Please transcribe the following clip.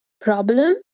problem